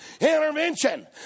intervention